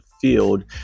field